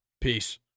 Peace